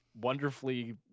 wonderfully